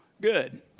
good